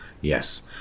Yes